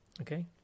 okay